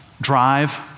drive